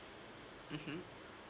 mmhmm